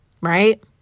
right